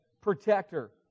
protector